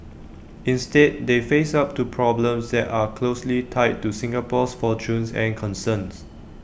instead they face up to problems that are closely tied to Singapore's fortunes and concerns